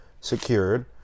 secured